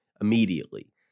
immediately